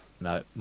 No